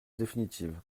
définitive